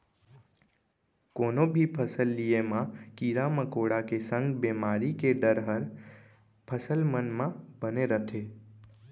कोनो भी फसल लिये म कीरा मकोड़ा के संग बेमारी के डर हर फसल मन म बने रथे